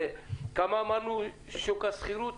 לכמה אמרנו שוק השכירות?